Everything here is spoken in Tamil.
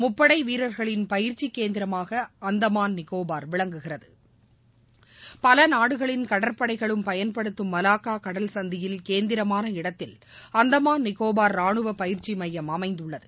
முப்படைவீரர்களின் பயிற்சிகேந்திரமாகஅந்தமான் நிக்கோபார் விளங்குகிறது பலநாடுகளின் கடற்படைகளும் பயன்படுத்தும் மலாக்காகடல்சந்தியில் கேந்திரமானஇடத்தில் அந்தமான் நிக்கோபார் ராணுவபயிற்சிமையம் அமைந்துள்ளது